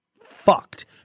fucked